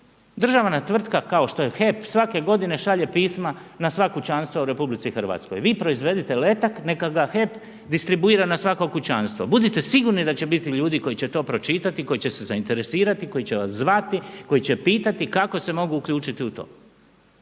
Državna tvrtka kao što je HEP svake godine šalje pisma na sva kućanstva u Republici Hrvatskoj, vi proizvedite letak neka ga HEP distribuira na svako kućanstvo. Budite sigurni da će biti ljudi koji će to pročitati, koji će se zainteresirati, koji će vas zvati, koji će pitati kako se mogu uključiti u to.